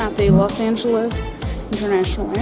the los angeles international